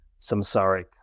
samsaric